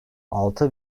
altı